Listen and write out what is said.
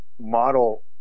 model